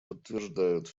подтверждают